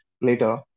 later